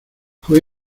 fue